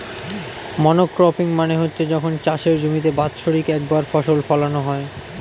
monocropping মানে হচ্ছে যখন চাষের জমিতে বাৎসরিক একবার ফসল ফোলানো হয়